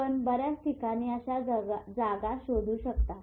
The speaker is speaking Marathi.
आपण बऱ्याच ठिकाणी अशा जागा शोधू शकता